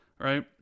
right